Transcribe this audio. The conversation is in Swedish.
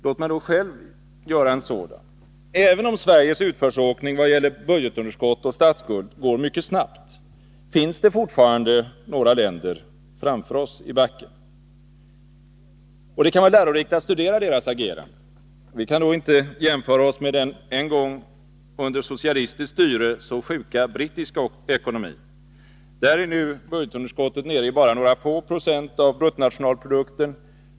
Låt mig då själv göra en sådan jämförelse. Även om Sveriges utförsåkning vad gäller budgetunderskott och statsskuld går mycket snabbt, finns det fortfarande några länder nedanför oss i backen. Det kan vara lärorikt att studera deras agerande. Vi kan då inte jämföra oss med den en gång under socialistiskt styre så sjuka brittiska ekonomin. I Storbritannien är budgetunderskottet nu nere i bara några få procent av bruttonationalprodukten.